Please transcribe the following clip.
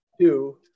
two